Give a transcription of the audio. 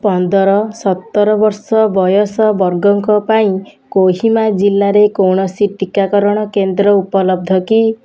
ପନ୍ଦର ସତର ବର୍ଷ ବୟସ ବର୍ଗଙ୍କ ପାଇଁ କୋହିମା ଜିଲ୍ଲାରେ କୌଣସି ଟିକାକରଣ କେନ୍ଦ୍ର ଉପଲବ୍ଧ କି